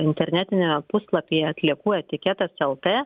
internetiniame puslapyje atliekų etiketas lt